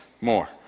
more